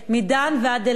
מדן ועד אילת.